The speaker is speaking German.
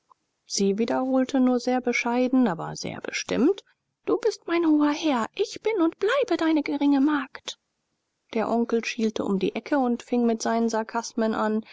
sie wiederholte nur sehr bescheiden aber sehr bestimmt du bist mein hoher herr ich bin und bleibe deine geringe magd der onkel schielte um die ecke und fing mit seinen sarkasmen an